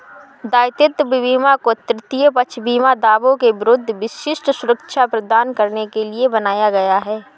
दायित्व बीमा को तृतीय पक्ष बीमा दावों के विरुद्ध विशिष्ट सुरक्षा प्रदान करने के लिए बनाया गया है